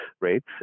rates